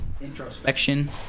introspection